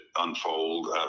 unfold